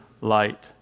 light